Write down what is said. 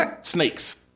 Snakes